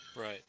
Right